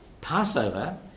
Passover